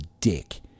dick